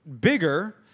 bigger